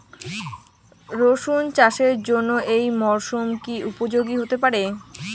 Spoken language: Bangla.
রসুন চাষের জন্য এই মরসুম কি উপযোগী হতে পারে?